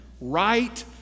Right